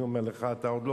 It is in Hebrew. אני אומר לך, אתה עוד לא